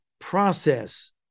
process